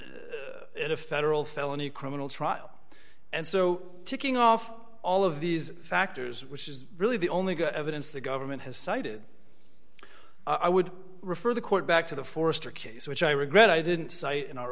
in a federal felony criminal trial and so ticking off all of these factors which is really the only good evidence the government has cited i would refer the court back to the forrester case which i regret i didn't cite in our